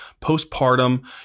postpartum